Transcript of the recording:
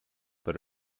but